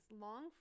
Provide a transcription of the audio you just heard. long